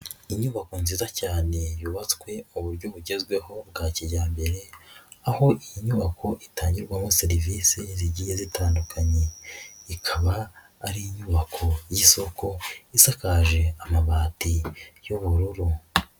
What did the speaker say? Inyubako nziza cyane yubatswe uburyo bugezweho bwa kijyambere, aho iyi nyubako itangirwamo serivisi zigiye zitandukanye, ikaba ari inyubako y'isoko, isakaje amabati y'ubururu.